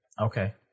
Okay